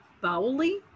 Bowley